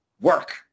work